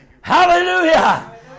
Hallelujah